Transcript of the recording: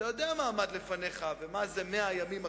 אתה יודע מה עמד לפניך ומה זה 100 הימים הקרובים.